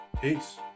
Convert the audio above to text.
Peace